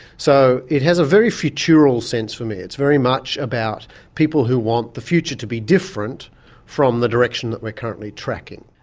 so it has a very futural sense for me, it's very much about people who want the future to be different from the direction that we're currently tracking.